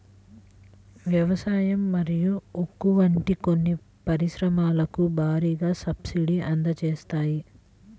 వ్యవసాయం మరియు ఉక్కు వంటి కొన్ని పరిశ్రమలకు భారీగా సబ్సిడీని అందజేస్తాయి